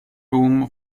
room